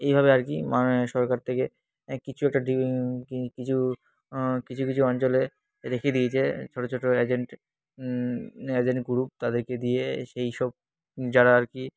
এইভাবে আর কি মান সরকার থেকে কিছু একটা কিছু কিছু কিছু অঞ্চলে রেখে দিয়েছে ছোটো ছোটো এজেন্ট এজেন্ট গ্রুপ তাদেরকে দিয়ে সেই সব যারা আর কি